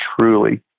truly